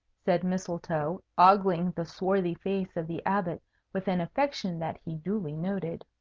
said mistletoe, ogling the swarthy face of the abbot with an affection that he duly noted.